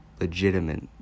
legitimate